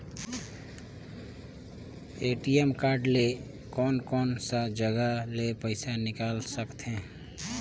ATM card ले कोन कोन सा जगह ले पइसा निकाल सकथे?